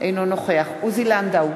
אינו נוכח עוזי לנדאו,